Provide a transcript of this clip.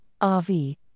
RV